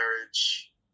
marriage